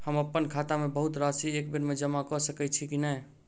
हम अप्पन खाता मे बहुत राशि एकबेर मे जमा कऽ सकैत छी की नै?